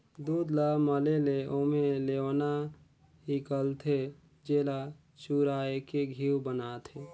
दूद ल मले ले ओम्हे लेवना हिकलथे, जेला चुरायके घींव बनाथे